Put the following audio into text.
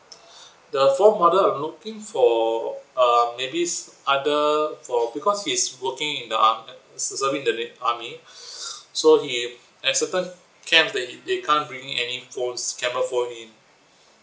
the phone model I'm looking for um maybe s~ either for because he's working in the army ser~ serving in the army so he at certain camp they they can't bring in any phones camera phone in